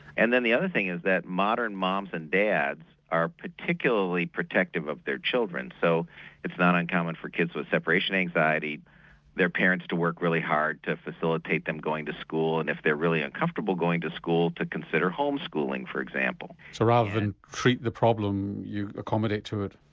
and then the other thing is that modern mums and dads are particularly protective of their children so it's not uncommon for kids with separation anxiety their parents to work really hard to facilitate them going to school and if they are really uncomfortable going to school to consider home schooling for example. so rather than treat the problem you accommodate to it?